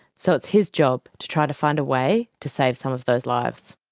so it's his job to try to find a way to save some of those lives.